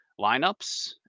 lineups